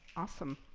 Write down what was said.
awesome,